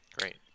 Great